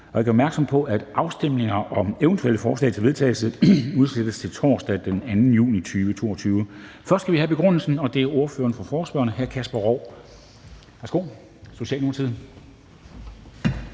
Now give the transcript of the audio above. Jeg gør opmærksom på, at afstemning om eventuelle forslag til vedtagelse udsættes til torsdag den 2. juni 2022. Vi skal først have begrundelsen, og det er ordføreren for forespørgerne, hr. Kasper Roug, Socialdemokratiet.